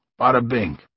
Bada-bing